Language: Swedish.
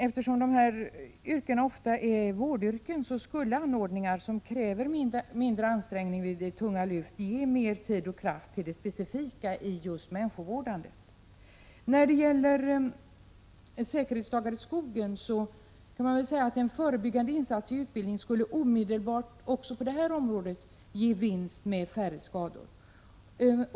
Eftersom dessa yrken ofta är vårdyrken, skulle anordningar som leder till mindre ansträngning i samband med tunga lyft göra att man fick mer av tid och kraft till de specifikt människovårdande insatserna. I frågan om säkerhetsdagar i skogen gäller att en förebyggande utbildningsinsats också på detta område omedelbart skulle ge vinst i form av färre skador.